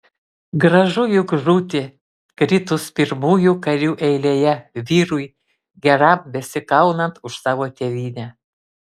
gražu juk žūti kritus pirmųjų karių eilėje vyrui geram besikaunant už savo tėvynę